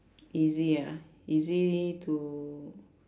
easy ah easy to